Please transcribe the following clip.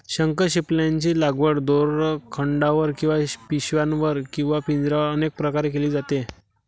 शंखशिंपल्यांची लागवड दोरखंडावर किंवा पिशव्यांवर किंवा पिंजऱ्यांवर अनेक प्रकारे केली जाते